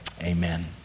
amen